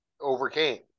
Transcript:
overcame